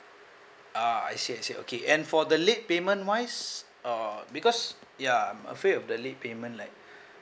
ah I see I see okay and for the late payment wise uh because ya I'm afraid of the late payment like